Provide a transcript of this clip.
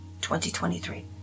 2023